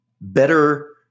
better